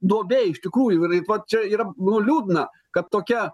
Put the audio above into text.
duobėj iš tikrųjų jinai vat čia yra nu liūdna kad tokia